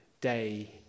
day